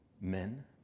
men